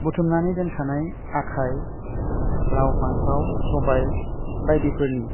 बुथुमनानै दोनखानाय आखाय लाव फान्थाव सबाइ बायदिफोरनि